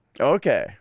Okay